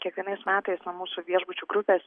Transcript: kiekvienais metais nuo mūsų viešbučių grupės